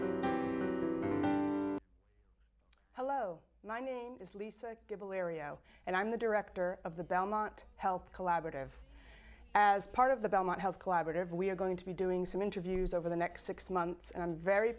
hello my name is lisa gable area and i'm the director of the belmont health collaborative as part of the belmont health collaborative we're going to be doing some interviews over the next six months and i'm very